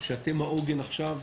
שאתם העוגן עכשיו,